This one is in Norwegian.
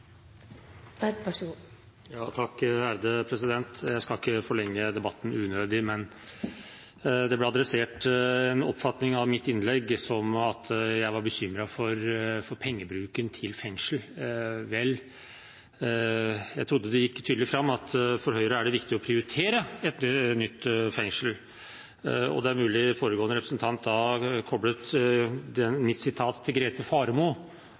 Jeg skal ikke forlenge debatten unødig, men det ble adressert en oppfatning av mitt innlegg som at jeg var bekymret for pengebruken til fengsler. Vel – jeg trodde det gikk tydelig fram at for Høyre er det viktig å prioritere et nytt fengsel. Det er mulig foregående representant da koblet mitt sitat av Grete Faremo til meg – og jeg gjentar hva Grete Faremo